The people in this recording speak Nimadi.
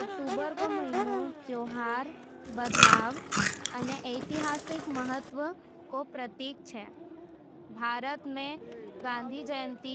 अक्टूबर रो महीनो त्यौहार, बदलाव अने ऐतिहासिक महत्व रो प्रतीक छे। भारत में गांधी जयंती